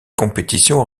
compétition